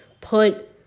put